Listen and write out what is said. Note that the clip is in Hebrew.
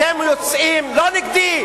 אתם יוצאים לא נגדי,